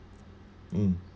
mm